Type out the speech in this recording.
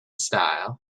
style